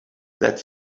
that